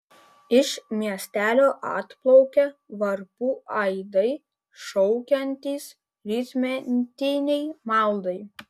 iš miestelio atplaukia varpų aidai šaukiantys rytmetinei maldai